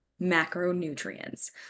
macronutrients